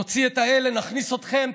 נוציא את האלה נכניס אתכם,